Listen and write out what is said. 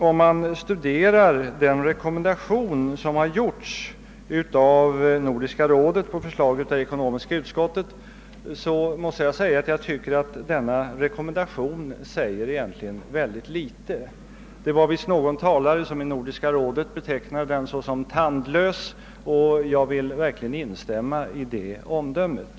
Om man studerar den rekommendation som har gjorts av Nordiska rådet på förslag av ekonomiska utskottet, måste jag säga att den säger mycket litet. Det var visst någon talare i Nordiska rådet som betecknade den som tandlös. Jag vill verkligen instämma i det omdömet.